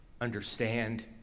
understand